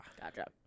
Gotcha